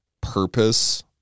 purpose